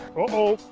oh,